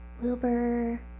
Wilbur